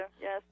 yes